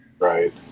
Right